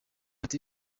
ati